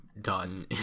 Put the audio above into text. done